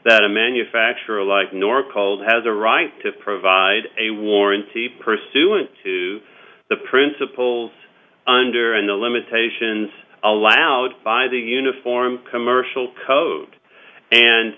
that a manufacturer like nor called has a right to provide a warranty per student to the principals under and the limitations allowed by the uniform commercial code and